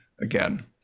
again